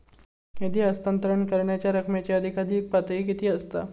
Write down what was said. निधी हस्तांतरण करण्यांच्या रकमेची अधिकाधिक पातळी किती असात?